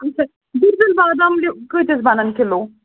اچھا بیٚیہِ کُس بادام تہِ کٍتِس بَنن کِلوٗ